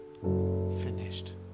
finished